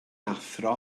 athro